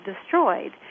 destroyed